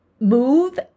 move